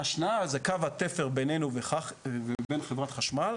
ההשנאה היא קו התפר בינינו בהכרח לבין חברת החשמל,